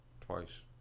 Twice